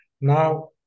Now